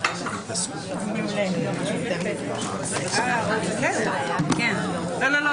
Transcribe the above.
הישיבה ננעלה